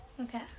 Okay